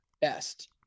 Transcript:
best